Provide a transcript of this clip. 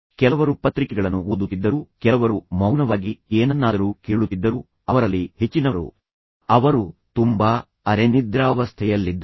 ಕೆಲವರು ಪತ್ರಿಕೆಗಳನ್ನು ಓದುತ್ತಿದ್ದರು ಕೆಲವರು ಮೌನವಾಗಿ ಏನನ್ನಾದರೂ ಕೇಳುತ್ತಿದ್ದರು ಅವರಲ್ಲಿ ಹೆಚ್ಚಿನವರು ಅವರು ತುಂಬಾ ಅರೆನಿದ್ರಾವಸ್ಥೆಯಲ್ಲಿದ್ದರು